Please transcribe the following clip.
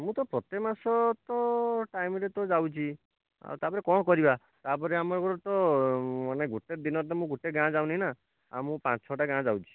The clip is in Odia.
ମୁଁ ତ ପ୍ରତ୍ୟେକ ମାସ ତ ଟାଇମ୍ ରେ ତ ଯାଉଛି ଆଉ ତା'ପରେ କ'ଣ କରିବା ତା'ପରେ ଆମକୁ ତ ମାନେ ଗୋଟେ ଦିନ ତ ମୁଁ ଗୋଟେ ଗାଁ ଯାଉନି ନା ଆଉ ମୁଁ ପାଞ୍ଚ ଛଅ'ଟା ଗାଁ ଯାଉଛି